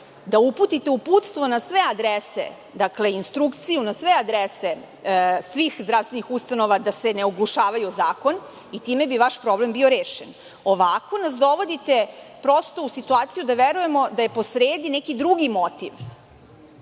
da uputite uputstvo na sve adrese, instrukciju na sve adrese svih zdravstvenih ustanova da se ne oglušavaju o zakon i time bi vaš problem bio rešen. Ovako nas dovodite u situaciju da verujemo da je posredi neki drugi motiv.